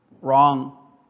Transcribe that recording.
Wrong